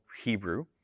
Hebrew